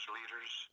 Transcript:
leaders